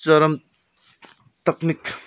चरम तक्निक